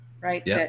right